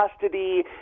custody